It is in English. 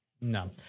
No